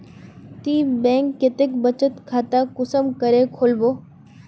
ती बैंक कतेक बचत खाता कुंसम करे खोलबो?